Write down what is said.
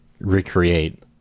recreate